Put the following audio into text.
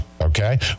okay